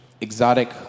exotic